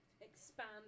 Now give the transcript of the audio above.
expand